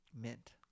Mint